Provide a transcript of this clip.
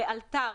לאלתר,